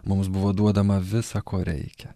mums buvo duodama visa ko reikia